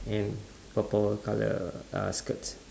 and purple colour uh skirt